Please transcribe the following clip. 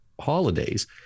holidays